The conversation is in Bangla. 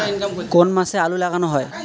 কোন মাসে আলু লাগানো হয়?